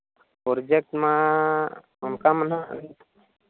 project ᱢᱟ ᱚᱱᱠᱟ ᱱᱟᱦᱟᱸᱜ